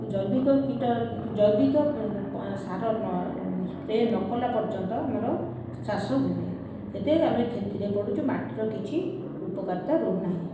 ଜୈବିକ କୀଟ ଜୈବିକ ସାର ସ୍ପ୍ରେ ନ କଲା ପର୍ଯ୍ୟନ୍ତ ଆମର ଚାଷ ହେଉନି ସେଥିପାଇଁ ଆମେ କ୍ଷତିରେ ପଡ଼ୁଛୁ ମାଟିର କିଛି ଉପକାରିତା ରହୁ ନାହିଁ